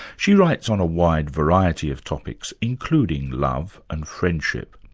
she writes on a wide variety of topics, including love and friendship.